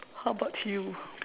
how about you